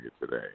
today